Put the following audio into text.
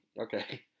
Okay